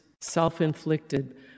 self-inflicted